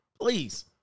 Please